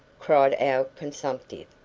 cried our consumptive,